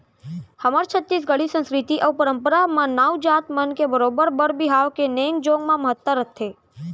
हमर छत्तीसगढ़ी संस्कृति अउ परम्परा म नाऊ जात मन के बरोबर बर बिहाव के नेंग जोग म महत्ता रथे